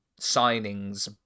signings